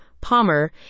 Palmer